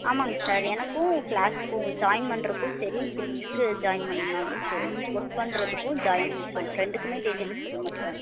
ஆமாங்க சார் எனக்கும் க்ளாஸ்சுக்கும் ஜாயின் பண்ணுறக்கும் சரி கிட்ஸ்சுக்கு ஜாயின் பண்ணிணாலும் சரி ஒர்க் பண்ணுறதுக்கும் ஜாயினிங்க்கும் ரெண்டுக்குமே டீட்டைல் சொல்லுங்க சார்